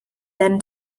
than